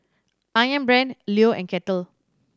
Ayam Brand Leo and Kettle